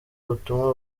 ubutumwa